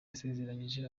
yasezeranyije